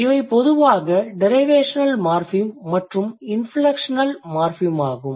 இவை பொதுவாக derivational morpheme மற்றும் இன்ஃப்லெக்ஷனல் மார்ஃபிம் ஆகும்